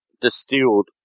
distilled